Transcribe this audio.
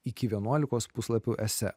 iki vienuolikos puslapių esė